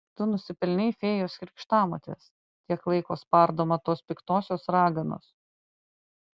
tu nusipelnei fėjos krikštamotės tiek laiko spardoma tos piktosios raganos